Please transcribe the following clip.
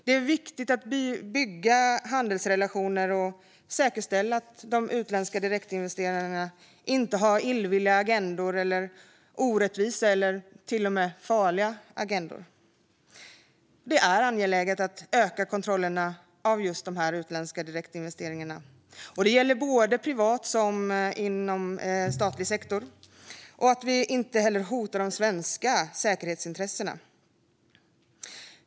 Det är viktigt att bygga handelsrelationer och säkerställa att de utländska direktinvesterarna inte har illvilliga, orättvisa eller till och med farliga agendor. Det är angeläget att öka kontrollerna av just de utländska direktinvesteringarna. Det gäller inom såväl privat som statlig sektor. Det får heller inte hota de svenska säkerhetsintressena.